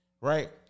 right